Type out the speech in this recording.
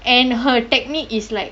and her technique is like